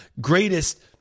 greatest